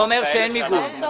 הוא אומר שאין מיגון בעוטף עזה.